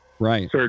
Right